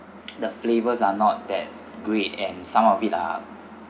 the flavors are not that great and some of it ah